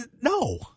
No